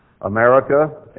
America